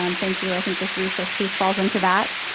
um thank you, i think this recess piece falls into that.